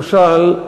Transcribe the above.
למשל,